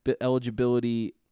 eligibility